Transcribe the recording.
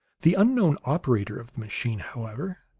the unknown operator of the machine, however,